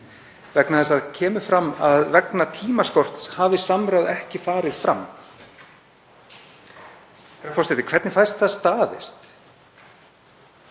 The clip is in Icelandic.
vegna þess að þar kemur fram að vegna tímaskorts hafi samráð ekki farið fram. Herra forseti. Hvernig fær það staðist?